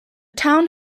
town